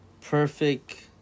Perfect